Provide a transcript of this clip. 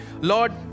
Lord